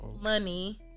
money